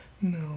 No